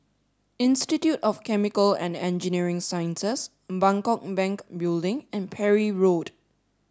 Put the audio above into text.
Institute of Chemical and Engineering Sciences Bangkok Bank Building and Parry Road